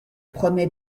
promet